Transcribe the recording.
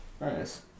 Nice